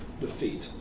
defeat